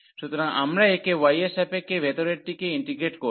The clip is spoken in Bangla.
সুতরাং আমরা একে y এর সাপেক্ষে ভেতরেরটিকে ইন্টিগ্রেট করব